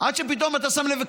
עד שפתאום אתה שם לב.